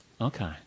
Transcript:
Okay